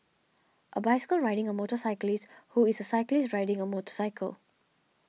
a bicycle riding a motorcyclist who is a cyclist riding a motorcycle